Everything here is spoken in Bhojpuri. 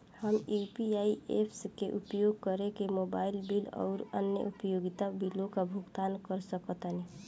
हम यू.पी.आई ऐप्स के उपयोग करके मोबाइल बिल आउर अन्य उपयोगिता बिलों का भुगतान कर सकतानी